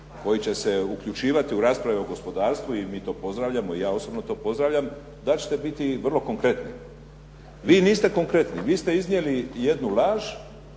koji će se uključivati u rasprave o gospodarstvu i mi to pozdravljamo i ja osobno to pozdravljam, da ćete biti vrlo konkretni. Vi niste konkretni. Vi ste iznijeli jednu laž,